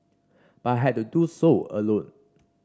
but I had to do so alone